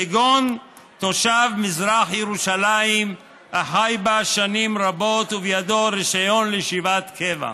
כגון תושב מזרח ירושלים החי בה שנים רבות ובידו רישיון לישיבת קבע.